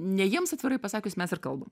ne jiems atvirai pasakius mes ir kalbam